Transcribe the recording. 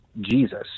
Jesus